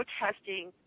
protesting